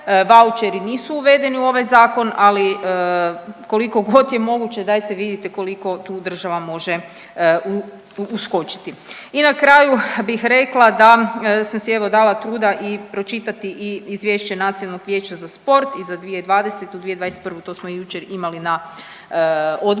Vaučeri nisu uvedeni u ovaj zakon, ali koliko god je moguće dajte vidite koliko tu država može uskočiti. I na kraju bih rekla da sam si evo dala truda i pročitati i Izvješće Nacionalno vijeća za sport i za 2020.-2021. to smo jučer imali na odboru.